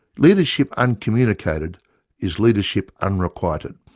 leadership uncommunicated is leadership unrequited!